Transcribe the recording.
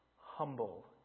humble